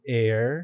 air